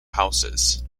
houses